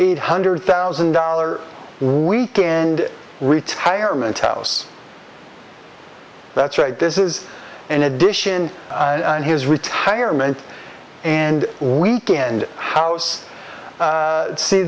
eight hundred thousand dollar weekend retirement house that's right this is an addition to his retirement and weekend house